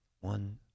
One